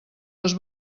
les